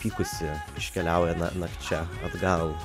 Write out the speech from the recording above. vykusi iškeliauja nakčia atgal